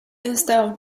install